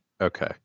Okay